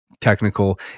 technical